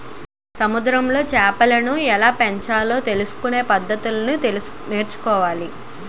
సముద్రములో చేపలను ఎలాపెంచాలో తెలుసుకొనే పద్దతులను నేర్చుకోవాలి